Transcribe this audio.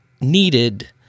needed